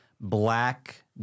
Black